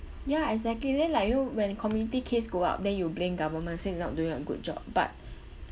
ya exactly then like you know when community case go up then you blame government say not doing a good job but